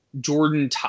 Jordan